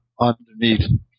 Underneath